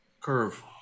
Curve